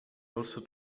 also